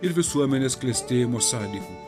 ir visuomenės klestėjimo sąlygų